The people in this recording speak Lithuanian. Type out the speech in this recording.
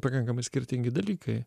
pakankamai skirtingi dalykai